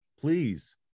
Please